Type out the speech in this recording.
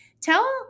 Tell